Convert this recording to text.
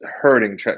hurting